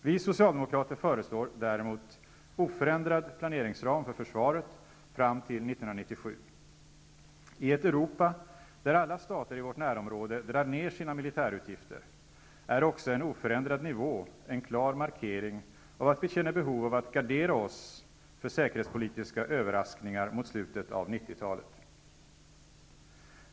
Vi socialdemokrater föreslår däremot oförändrad planeringsram för försvaret fram till 1997. I ett Europa, där alla stater i vårt närområde drar ned sina militärutgifter, är också en oförändrad nivå en klar markering av att vi känner behov av att gardera oss för säkerhetspolitiska överraskningar mot slutet av 90-talet.